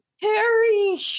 Harry